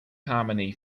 harmony